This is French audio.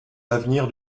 l’avenir